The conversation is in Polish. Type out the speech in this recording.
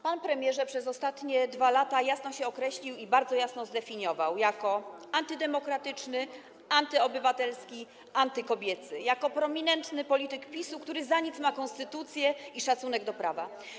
Pan, premierze, przez ostatnie 2 lata jasno się określił i bardzo jasno zdefiniował jako antydemokratyczny, antyobywatelski, antykobiecy, jako prominentny polityk PiS-u, który za nic ma konstytucję i szacunek do prawa.